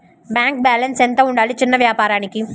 Bank balance ఎంత ఉండాలి చిన్న వ్యాపారానికి?